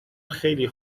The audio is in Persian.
خیلی